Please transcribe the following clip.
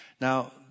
Now